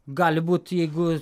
gali būt jeigu